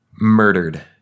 murdered